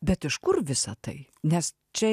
bet iš kur visa tai nes čia